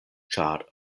ĉar